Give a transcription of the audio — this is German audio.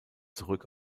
zurück